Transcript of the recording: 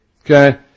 Okay